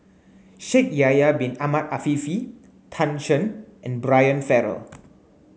Shaikh Yahya bin Ahmed Afifi Tan Shen and Brian Farrell